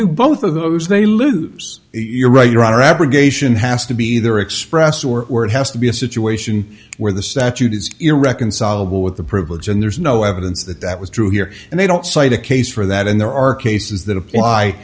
do both of those they lose your right your honor abrogation has to be either express or where it has to be a situation where the statute is irreconcilable with the privilege and there's no evidence that that was true here and they don't cite a case for that and there are cases that apply